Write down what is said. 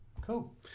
Cool